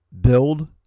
build